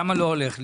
למה לא הולך לי?